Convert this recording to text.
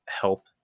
help